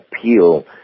appeal